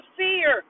fear